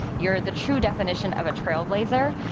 you're the true definition of a trailblazer.